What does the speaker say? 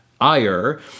ire